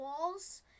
walls